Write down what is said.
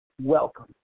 welcome